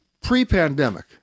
pre-pandemic